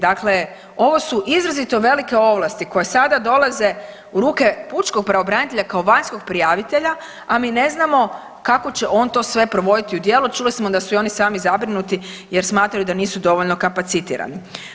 Dakle, ovo su izrazito velike ovlasti koje sada dolaze u ruke pučkog pravobranitelja kao vanjskog prijavitelja, a mi ne znamo kako će on to sve provoditi u djelo, čuli smo da su i oni sami zabrinuti jer smatraju da nisu dovoljno kapacitirani.